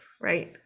right